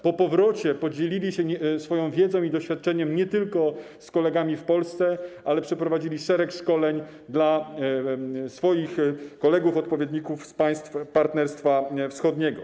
Po powrocie podzielili się swoją wiedzą i doświadczeniem nie tylko z kolegami w Polsce, a także przeprowadzili szereg szkoleń dla swoich kolegów, odpowiedników z państw Partnerstwa Wschodniego.